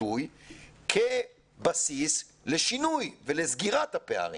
ביטוי כבסיס לשינוי ולסגירת הפערים.